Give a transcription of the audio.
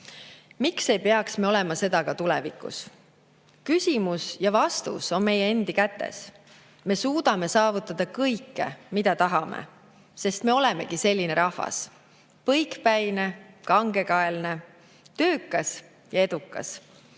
Miks ei peaks me olema seda ka tulevikus? Küsimus ja vastus on meie endi kätes. Me suudame saavutada kõike, mida tahame, sest me olemegi selline rahvas: põikpäine, kangekaelne, töökas ja edukas.